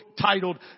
titled